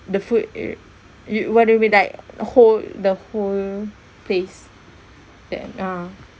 the food it yo~ what do you mean like whole the whole place that ah